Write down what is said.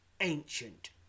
ancient